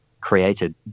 created